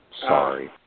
Sorry